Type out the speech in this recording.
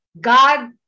god